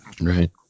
Right